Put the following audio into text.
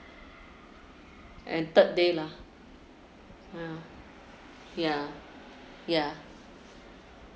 and third day lah yeah yeah yeah